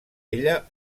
ella